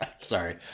Sorry